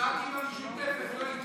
הצבעתי עם המשותפת, לא איתך.